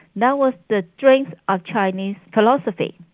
that was the strength of chinese philosophy.